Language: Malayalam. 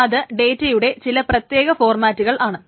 അത് ഡേറ്റയുടെ ചില പ്രത്യേക ഫോർമാറ്റുകൾ ആണ്